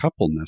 coupleness